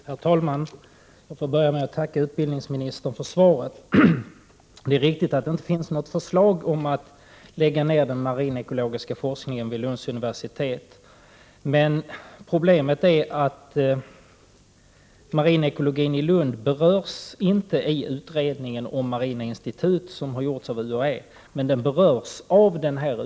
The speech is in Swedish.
Herr talman! Jag får börja med att tacka utbildningsministern för svaret. Det är riktigt att det inte finns något förslag om att lägga ned den marinekologiska forskningen vid Lunds universitet. Problemet är att marinekologin i Lund inte berörs i UHÄ:s utredning om marina institut, men den berörs av denna utredning.